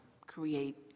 create